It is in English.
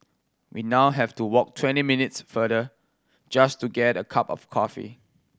we now have to walk twenty minutes farther just to get a cup of coffee